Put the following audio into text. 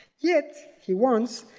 yet, he warns,